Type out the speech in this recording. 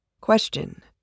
Question